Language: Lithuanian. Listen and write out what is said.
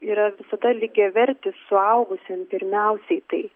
yra visada lygiavertis suaugusiam pirmiausiai tai